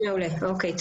מעולה אוקיי,